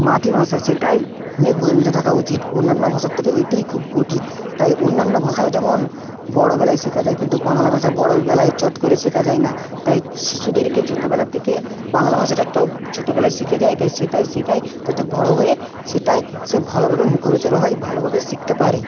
মাতৃভাষা সেটাই নিয়ে গর্বিত থাকা উচিত অন্যান্য ভাষার থেকে এটিই খুব কঠিন তাই অন্যান্য ভাষাও যেমন বড়োবেলায় শেখা যায় কিন্তু বাংলা ভাষা বড়োবেলায় চট করে শেখ যায় না তাই শিশুদেরকে ছোটোবেলা থেকে বাংলা ভাষাটা টপ ছোটোবেলায় শিখে যায় তাই সেটাই শেখায় যাতে বড়ো হয়ে সেটাই সে ভালোভাবে মুখরোচক হয় ভালোভাবে শিখতে পারে